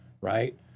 right